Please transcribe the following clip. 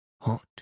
hot